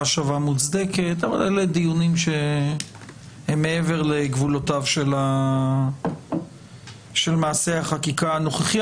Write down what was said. שווה מוצדקת אבל אלה דיונים שהם מעבר לגבולותיו של מעשה החקיקה הנוכחי.